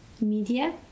media